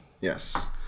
Yes